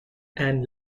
and